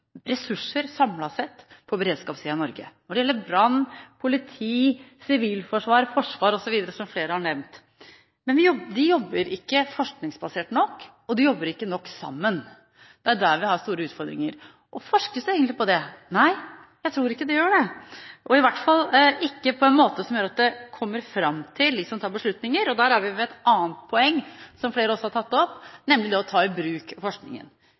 ressurser samlet sett på beredskapssida i Norge, når det gjelder brann, politi, sivilforsvar, forsvar osv., som flere har nevnt. Men de jobber ikke forskningsbasert nok, og de jobber ikke nok sammen. Det er der vi har store utfordringer. Forskes det egentlig på det? Nei, jeg tror ikke det gjør det, i hvert fall ikke på en måte som gjør at det kommer fram til dem som tar beslutninger, og da er vi ved et annet poeng som flere har tatt opp, nemlig det å ta i bruk forskningen.